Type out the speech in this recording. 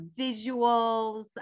visuals